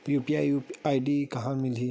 UPI ID कहां ले मिलही?